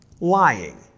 lying